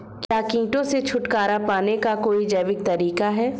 क्या कीटों से छुटकारा पाने का कोई जैविक तरीका है?